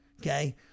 okay